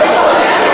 מה אנחנו?